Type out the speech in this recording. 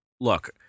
Look